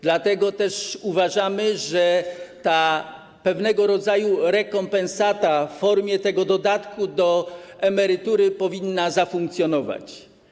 Dlatego też uważamy, że ta pewnego rodzaju rekompensata w formie dodatku do emerytury powinna zafunkcjonować.